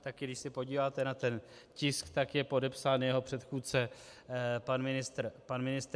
Taky když se podíváte na ten tisk, tak je podepsán jeho předchůdce pan ministr Dienstbier.